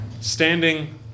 Standing